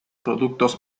productos